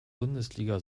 bundesliga